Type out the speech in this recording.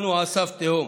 אנחנו על סף תהום,